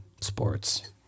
sports